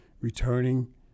returning